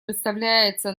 представляется